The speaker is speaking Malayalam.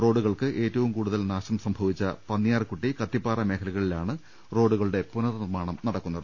റോഡുകൾക്ക് ഏറ്റവും കൂടുതൽ നാശ നഷ്ടം സംഭവിച്ച പന്നിയാർകുട്ടി കത്തിപ്പാറ മേഖലകളി ലാണ് റോഡുകളുടെ പുനർ നിർമ്മാണം നടക്കുന്നത്